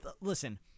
Listen